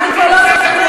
אנחנו כבר לא זוכרים,